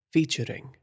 Featuring